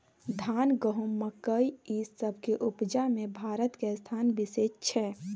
धान, गहूम, मकइ, ई सब के उपजा में भारत के स्थान विशेष छै